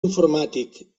informàtic